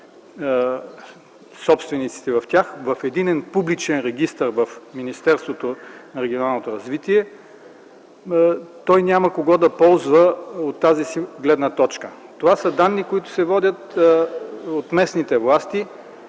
собствениците в тях в единен публичен регистър в Министерството на регионалното развитие и благоустройството. Той няма кого да ползва от тази си гледна точка. Това са данни, които се водят от местните власти.